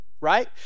right